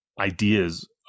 ideas